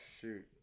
shoot